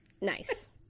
Nice